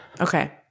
Okay